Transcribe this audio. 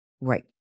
Right